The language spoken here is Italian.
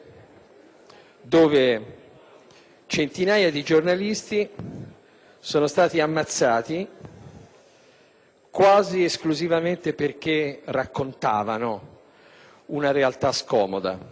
dove centinaia di giornalisti sono stati ammazzati quasi esclusivamente perché raccontavano una realtà scomoda.